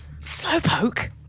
Slowpoke